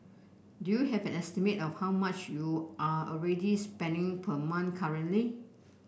do you have an estimate of how much you are already spending per month currently